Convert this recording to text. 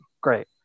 Great